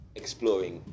exploring